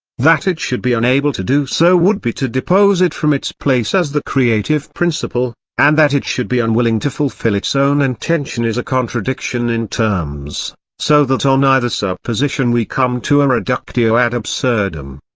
that it should be unable to do so would be to depose it from its place as the creative principle, and that it should be unwilling to fulfil its own intention is a contradiction in terms so that on either supposition we come to a reductio ad absurdum.